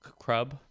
crub